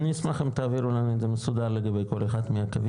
אני אשמח אם תעבירו לנו את זה מסודר לגבי כל אחד מהקווים,